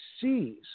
sees